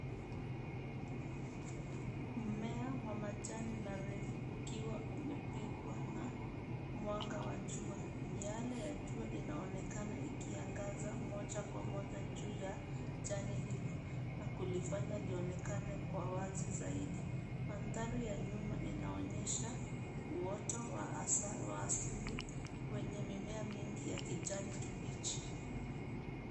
Mmea wa majani marefu ukiwa umepigwa na mwanga wa jua. Miale ya jua inaonekana ikiangaza moja kwa moja juu ya jani hilo na kulifanya lionekane kwa wazi zaidi. Mandhari ya nyuma inaonyesha uoto wa asili wenye mimea mingi ya kijani kibichi.